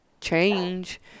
change